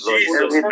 Jesus